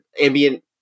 ambient